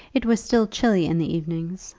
it was still chilly in the evenings,